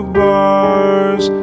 bars